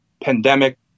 pandemic